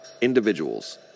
individuals